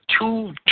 two